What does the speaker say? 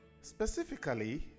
Specifically